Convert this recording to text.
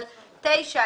אבל סעיף 9,